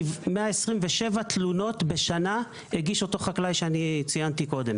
אותו חקלאי שציינתי קודם הגיש 127 תלונות בשנה.